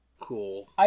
Cool